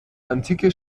antike